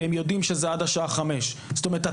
כי הם יודעים שזה עד השעה 17:00. זאת אומרת,